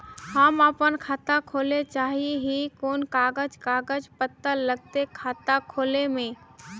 हम अपन खाता खोले चाहे ही कोन कागज कागज पत्तार लगते खाता खोले में?